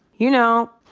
you know?